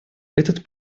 этот